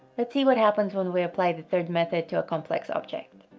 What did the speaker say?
let's see what happens when we apply the third method to a complex object.